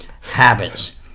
habits